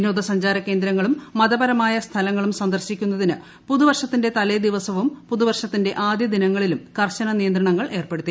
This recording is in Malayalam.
വിനോദ സഞ്ചാര കേന്ദ്രങ്ങളും മതപരമായ സ്ഥലങ്ങളും സന്ദർശിക്കുന്നതിന് പുതുവർഷത്തിന്റെ തലേദിവസവും പുതുവർഷത്തിന്റെ ആദ്യ ദിനങ്ങളിലും കർശന നിയന്ത്രണങ്ങൾ ഏർപ്പെടുത്തി